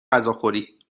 غذاخوری